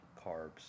carbs